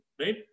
Right